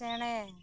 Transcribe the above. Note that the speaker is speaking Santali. ᱪᱮᱬᱮ